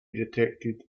detected